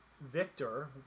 Victor